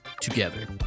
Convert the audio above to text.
together